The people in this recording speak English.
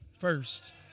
first